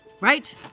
right